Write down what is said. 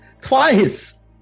Twice